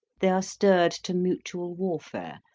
they are stirred to mutual warfare,